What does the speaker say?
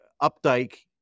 Updike